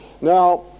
Now